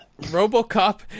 RoboCop